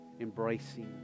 embracing